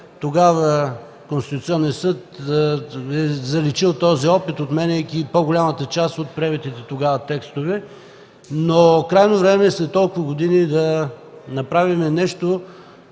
Тогава Конституционният съд е заличил този опит, отменяйки по-голямата част от приетите тогава текстове. Крайно време е след толкова години да направим нещо,